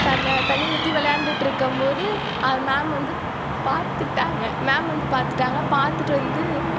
தலைல தண்ணி ஊற்றி விளையாண்டிட்ருக்கம் போது மேம் வந்து பார்த்துட்டாங்க மேம் வந்து பார்த்துட்டாங்க பார்த்துட்டு வந்து